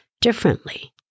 differently